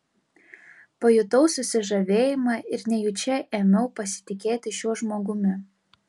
pajutau susižavėjimą ir nejučia ėmiau pasitikėti šiuo žmogumi